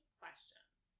questions